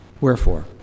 Wherefore